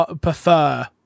prefer